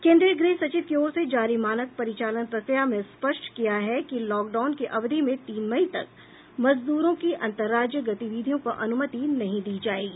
केंद्रीय गृह सचिव की ओर से जारी मानक परिचालन प्रक्रिया में स्पष्ट किया है कि लॉकडाउन की अवधि में तीन मई तक मजद्रों की अंतरराज्य गतिविधियों को अनुमति नहीं दी जाएगी